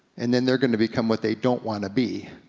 and then they're gonna become what they don't wanna be,